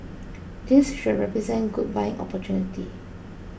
this should represent good buying opportunity